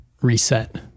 reset